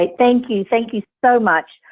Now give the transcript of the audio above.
like thank you. thank you so much.